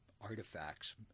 artifacts